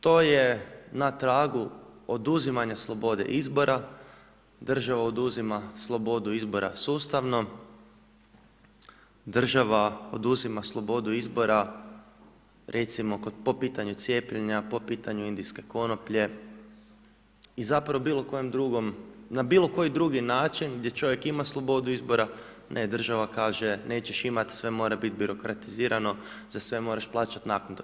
To je na tragu oduzimanja slobode izbora, država oduzima slobodu izbora sustavno, država oduzima slobodu izbora recimo, po pitanju cijepljenja, po pitanju indijske konoplje i zapravo bilo kojem drugom, na bilo koji drugi način gdje čovjek ima slobodu izbora, ne, država kaže nećeš imati, sve mora biti birokratizirano, za sve moraš plaćati naknadu.